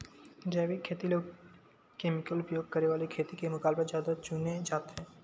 जैविक खेती ला केमिकल उपयोग करे वाले खेती के मुकाबला ज्यादा चुने जाते